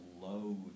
load